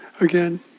again